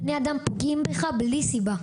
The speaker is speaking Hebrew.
אבל בני אדם פוגעים בך בלי סיבה.